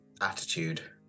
attitude